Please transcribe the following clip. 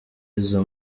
izo